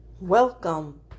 welcome